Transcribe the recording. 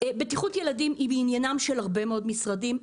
בטיחות ילדים היא מעניינם של הרבה מאוד משרדים.